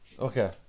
Okay